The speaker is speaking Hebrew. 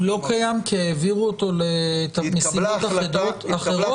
הוא לא קיים כי העבירו אותו למשימות אחרות או כי פירקו אותו?